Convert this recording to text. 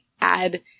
add